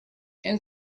and